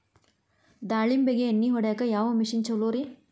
ದಾಳಿಂಬಿಗೆ ಎಣ್ಣಿ ಹೊಡಿಯಾಕ ಯಾವ ಮಿಷನ್ ಛಲೋರಿ?